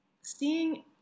seeing